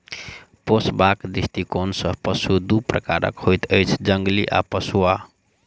पोसबाक दृष्टिकोण सॅ पशु दू प्रकारक होइत अछि, जंगली आ पोसुआ